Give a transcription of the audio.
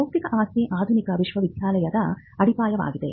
ಬೌದ್ಧಿಕ ಆಸ್ತಿ ಆಧುನಿಕ ವಿಶ್ವವಿದ್ಯಾಲಯದ ಅಡಿಪಾಯವಾಗಿದೆ